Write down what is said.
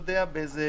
יודע באיזה